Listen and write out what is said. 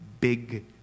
big